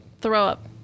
throw-up